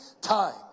time